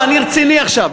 אני רציני עכשיו,